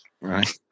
right